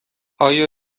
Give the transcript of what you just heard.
آیا